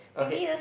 okay